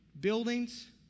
buildings